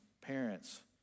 parents